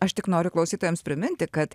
aš tik noriu klausytojams priminti kad